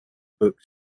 book